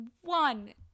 one